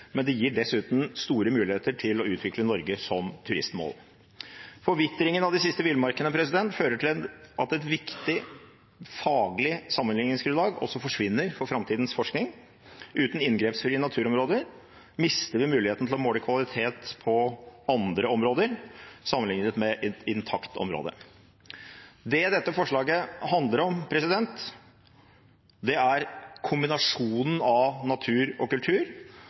det gir dessuten store muligheter til å utvikle Norge som turistmål. Forvitringen av de siste villmarkene fører til at et viktig faglig sammenligningsgrunnlag også forsvinner for framtidas forskning. Uten inngrepsfrie naturområder mister vi muligheten til å måle kvalitet på andre områder, sammenlignet med intakte områder. Det dette forslaget handler om, er kombinasjonen av natur og kultur.